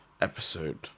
Episode